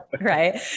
Right